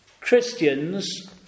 Christians